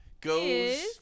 goes